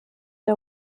der